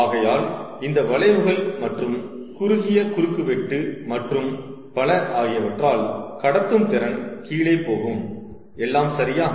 ஆகையால் இந்த வளைவுகள் மற்றும் குறுகிய குறுக்குவெட்டு மற்றும் பல ஆகியவற்றால் கடத்தும் திறன் கீழே போகும் எல்லாம் சரியா